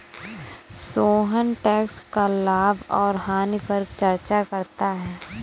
Sohan tax का लाभ और हानि पर चर्चा करता है